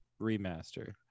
remaster